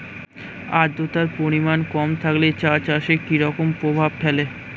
আদ্রতার পরিমাণ কম থাকলে চা চাষে কি রকম প্রভাব ফেলে?